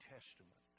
Testament